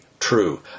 True